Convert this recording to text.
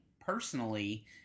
personally